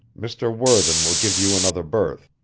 mr. worthen will give you another berth.